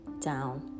down